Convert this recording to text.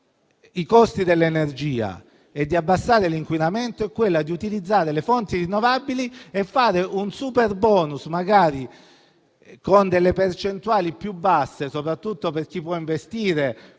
i costi dell'energia e di diminuire l'inquinamento è utilizzare le fonti rinnovabili e fare un superbonus, magari con delle percentuali più basse, soprattutto per chi può investire.